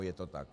Je to tak.